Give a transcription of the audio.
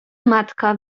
matka